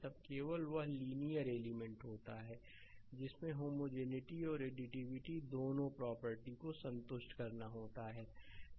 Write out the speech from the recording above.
तब केवल वह लीनियर एलिमेंट होता है जिसमें होमोजेनििटी और एडिटिविटी दोनों प्रॉपर्टी को संतुष्ट करना होता है